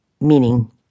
meaning